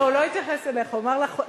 הוא לא התייחס אליך, הוא אמר לחשדנים.